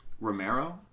Romero